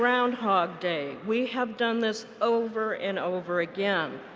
groundhog day. we have done this over and over again.